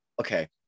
Okay